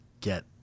get